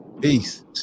Peace